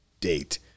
date